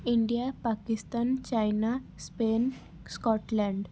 India Pakistan China Spain Scotland